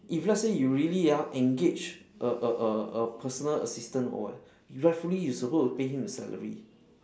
if let's say you really ah engage a a a a personal assistant or what rightfully you supposed to pay him a salary